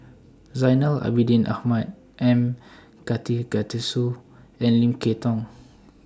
Zainal Abidin Ahmad M and Lim Kay Tong